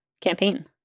campaign